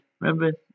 Remember